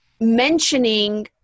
mentioning